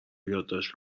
یادداشت